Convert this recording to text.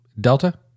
Delta